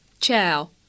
Ciao